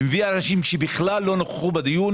ולהביא אנשים שכלל לא נכחו בדיון,